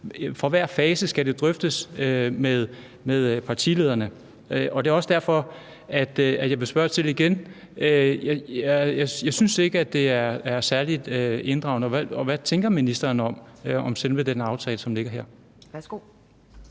for hver fase skal det drøftes med partilederne. Og det er også derfor, jeg vil spørge til det igen. Jeg synes ikke, det er særlig inddragende, og hvad tænker ministeren om selve den aftale, som ligger her?